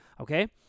Okay